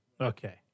Okay